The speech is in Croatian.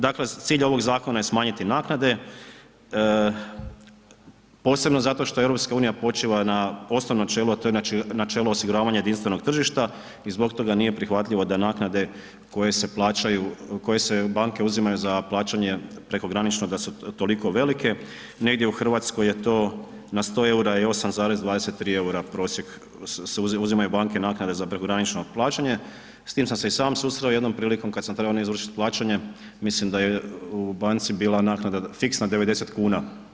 Dakle, cilj ovog zakona je smanjiti naknade posebno zato što EU počiva na osnovnom načelo, a to je načelo osiguravanja jedinstvenog tržišta i zbog toga nije prihvatljivo da naknade koje se plaćaju, koje se banke uzimaju za plaćanje prekogranično da su toliko velike, negdje u Hrvatskoj je to na 100 EUR je 8,23 EUR prosjek se uzimaju banke naknade za prekogranične plaćanje, s tim sam se i sam susreo jednom prilikom kad sam trebao izvršiti plaćanje, mislim da je u banci bila naknada fiksna 90 kn.